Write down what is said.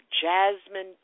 jasmine